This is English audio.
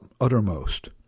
uttermost